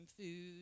food